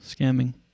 Scamming